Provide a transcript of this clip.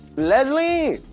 leslie?